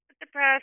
depressed